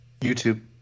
YouTube